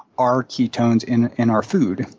are ketones in in our food?